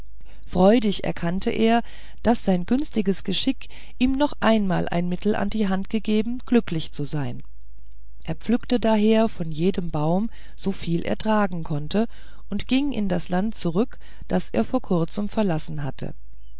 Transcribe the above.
freudig erkannte er daß sein gütiges geschick ihm noch einmal ein mittel in die hand gebe glücklich zu sein er pflückte daher von jedem baum soviel er tragen konnte und ging in das land zurück das er vor kurzem verlassen hatte